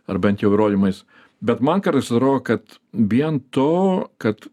ar bent jau įrodymais bet man kartais atrodo kad vien to kad